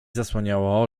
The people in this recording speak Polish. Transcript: zasłaniało